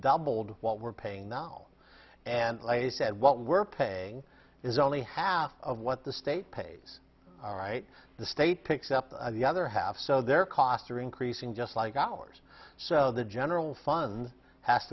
doubled what we're paying now and like i said what we're paying is only half of what the state pays alright the state picks up the other half so their costs are increasing just like ours so the general fund has